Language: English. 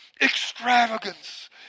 Extravagance